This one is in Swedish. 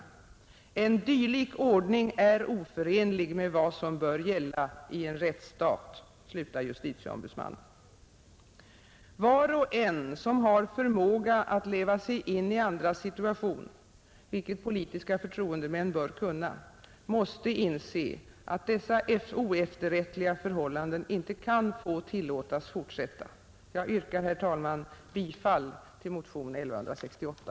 En dylik ordning är oförenlig med vad som bör gälla i en rättsstat.” Så slutar justitieombudsmannen. Var och en som har förmåga att leva sig in i andras situation — vilket politiska förtroendemän bör kunna — måste inse att dessa oefterrättliga förhållanden inte kan få tillåtas fortsätta. Jag yrkar, herr talman, bifall till motionen 1168.